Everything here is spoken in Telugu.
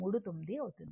39 అవుతుంది